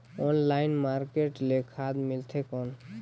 Online market ले खाद मिलथे कौन?